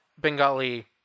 Bengali